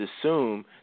assume